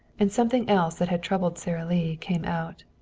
and something else that had troubled sara lee came out.